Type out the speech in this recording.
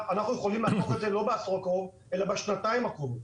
אנחנו יכולים לעשות את זה בשנתיים הקרובות,